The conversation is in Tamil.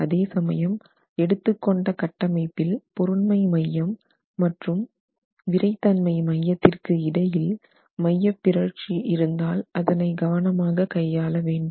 அதே சமயம் எடுத்துக்கொண்ட கட்டமைப்பில் பொருண்மை மையம் மற்றும் விறைத்தன்மை மையத்திற்கு இடையில் மையப்பிறழ்ச்சி இருந்தால் அதனை கவனமாக கையாள வேண்டும்